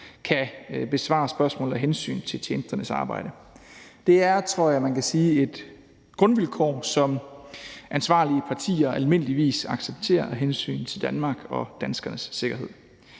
kan besvare spørgsmål af hensyn til tjenesternes arbejde. Det er, tror jeg man kan sige, et grundvilkår, som ansvarlige partier almindeligvis accepterer af hensyn til Danmark og danskernes sikkerhed.